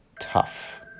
Tough